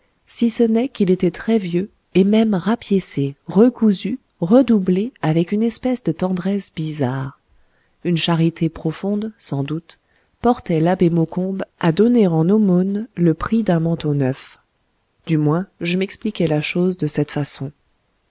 si ce n'est qu'il était très vieux et même rapiécé recousu redoublé avec une espèce de tendresse bizarre une charité profonde sans doute portait l'abbé maucombe à donner en aumônes le prix d'un manteau neuf du moins je m'expliquai la chose de cette façon